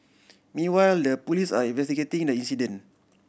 meanwhile the police are investigating the accident